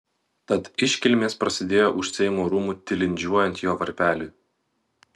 tad iškilmės prasidėjo už seimo rūmų tilindžiuojant jo varpeliui